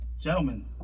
Gentlemen